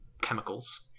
chemicals